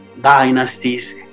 dynasties